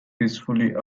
peacefully